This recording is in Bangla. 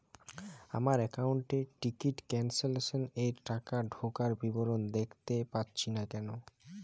আমার একাউন্ট এ টিকিট ক্যান্সেলেশন এর টাকা ঢোকার বিবরণ দেখতে পাচ্ছি না কেন?